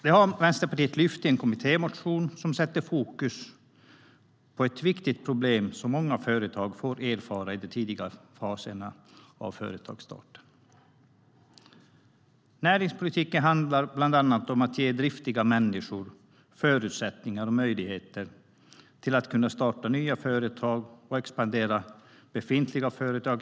Det har Vänsterpartiet lyft i en kommittémotion som sätter fokus på ett viktigt problem som många företag får erfara i de tidiga faserna av företagsstart. Näringspolitiken handlar bland annat om att ge driftiga människor förutsättningar och möjligheter att starta nya företag och expandera befintliga företag.